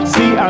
See